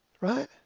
Right